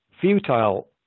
futile